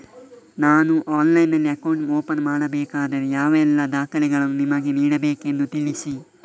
ನಾನು ಆನ್ಲೈನ್ನಲ್ಲಿ account open ಮಾಡಬೇಕಾದರೆ ಯಾವ ಎಲ್ಲ ದಾಖಲೆಗಳನ್ನು ನಿಮಗೆ ನೀಡಬೇಕೆಂದು ತಿಳಿಸಿ?